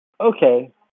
Okay